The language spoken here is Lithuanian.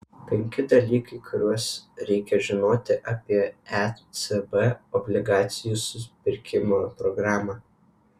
penki dalykai kuriuos reikia žinoti apie ecb obligacijų supirkimo programą